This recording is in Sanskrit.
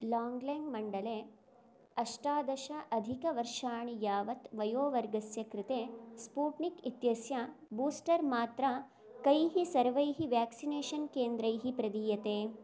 लाङ्ग्लेङ्ग् मण्डले अष्टादश अधिकवर्षाणि यावत् वयोवर्गस्य कृते स्पूट्निक् इत्यस्य बूस्टर् मात्रा कैः सर्वैः व्याक्सिनेषन् केन्द्रैः प्रदीयते